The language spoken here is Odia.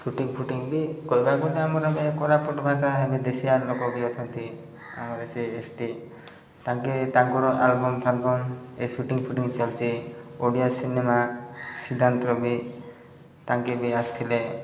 ସୁଟିଂ ଫୁଟିଂ ବି କହିବାକୁ ଗଲେ ଆମର ଏବେ କୋରାପୁଟ ଭାଷା ଏବେ ଦେଶୀଆ ଲୋକ ବି ଅଛନ୍ତି ଆମର ସେ ଏସ୍ଟି ତାଙ୍କେ ତାଙ୍କର ଆଲବମ ଫାଲବମ୍ ଏ ସୁଟିଂ ଫୁଟିଂ ଚାଲିଛି ଓଡ଼ିଆ ସିନେମା ସିଦ୍ଧାନ୍ତର ବି ତାଙ୍କେ ବି ଆସିଥିଲେ